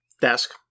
desk